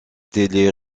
télé